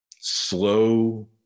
Slow